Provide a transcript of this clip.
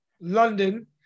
London